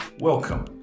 welcome